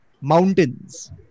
mountains